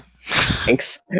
Thanks